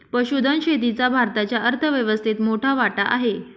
पशुधन शेतीचा भारताच्या अर्थव्यवस्थेत मोठा वाटा आहे